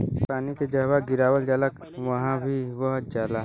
पानी के जहवा गिरावल जाला वहवॉ ही बह जाला